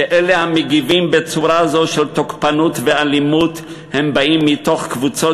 שאלה המגיבים בצורה זו של תוקפנות ואלימות באים מתוך קבוצות